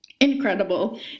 Incredible